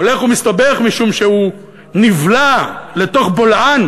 הולך ומסתבך משום שהוא נבלע לתוך בולען